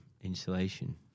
insulation